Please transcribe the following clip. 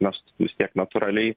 mest vis tiek natūraliai